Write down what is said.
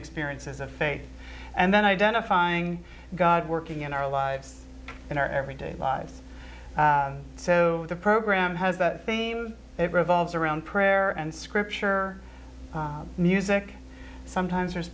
experiences of faith and then identifying god working in our lives in our everyday lives so the program has that theme it revolves around prayer and scripture or music sometimes there's